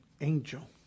angel